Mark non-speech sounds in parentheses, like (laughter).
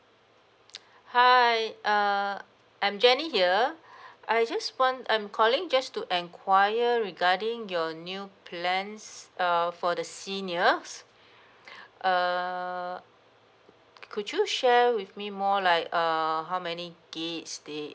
(breath) hi err I'm jenny here (breath) I just want I'm calling just to enquire regarding your new plans err for the seniors (breath) err could you share with me more like err how many gigabytes the